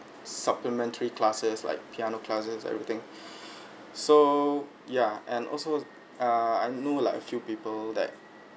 supplementary classes like piano classes everything so yeah and also ah I know like a few people that